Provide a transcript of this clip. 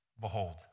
Behold